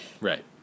Right